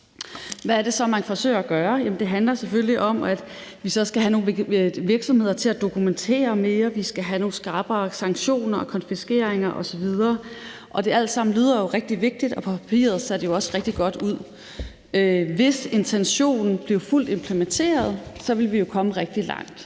Hvad er det så, man forsøger at gøre? Det handler selvfølgelig om, at vi skal have nogle virksomheder til at dokumentere mere, vi skal have nogle skrappere sanktioner og konfiskeringer osv. Det lyder jo alt sammen rigtig vigtigt, og på papiret ser det jo også rigtig godt ud. Hvis intentionen blev fuldt implementeret, ville vi komme rigtig langt.